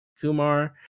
Kumar